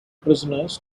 prisoners